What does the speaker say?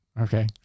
Okay